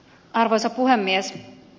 arvoisa puhemies